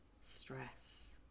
stress